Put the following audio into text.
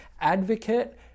advocate